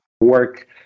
work